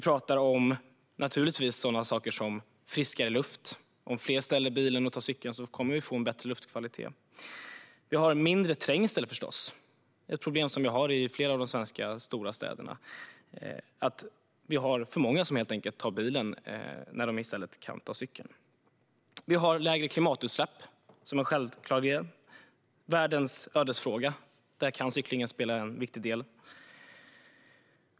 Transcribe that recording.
Det blir naturligtvis friskare luft - om fler ställer bilen och tar cykeln kommer vi att få en bättre luftkvalitet. Vi får förstås mindre trängsel, och trängsel är ett problem som vi har i flera av de stora svenska städerna. Det är helt enkelt för många som tar bilen när de i stället kan ta cykeln. Lägre klimatutsläpp är en självklar del. Det är världens ödesfråga, och där kan cyklingen spela en viktig roll.